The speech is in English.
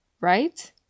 right